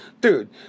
Dude